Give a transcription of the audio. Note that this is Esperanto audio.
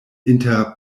inter